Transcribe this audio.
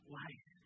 life